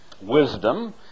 wisdom